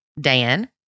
Dan